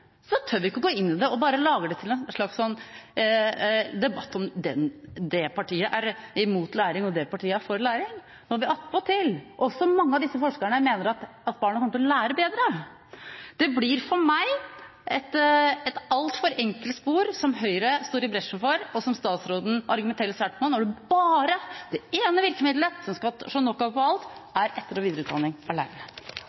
Så tør vi ikke gå inn i det, men bare lager det til en slags debatt om at det partiet er imot læring, og det partiet er for læring, når attpåtil mange av disse forskerne mener at barna kommer til å lære bedre. Det blir for meg et altfor enkelt spor – som Høyre går i bresjen for, og som statsråden argumenterer sterkt for – når det eneste virkemiddelet, som skal slå knockout på alt, er etter- og videreutdanning